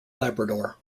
labrador